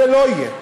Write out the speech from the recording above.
זה לא יהיה.